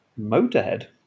motorhead